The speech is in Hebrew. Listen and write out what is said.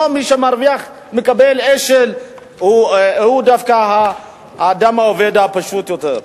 לא, מי שמקבל אש"ל הוא האדם העובד הפשוט יותר.